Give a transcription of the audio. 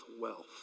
wealth